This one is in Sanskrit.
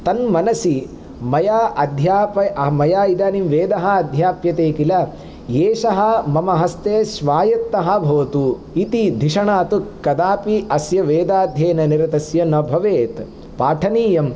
तन् मनसि मया अध्याप मया इदानीं वेदः अध्याप्यते किल येषः मम हस्ते स्वायत्तः भवतु इति धिषणा तु कदापि अस्य वेदाध्ययननिरतस्य न भवेत् पाठनीयं